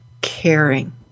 caring